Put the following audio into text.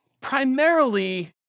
primarily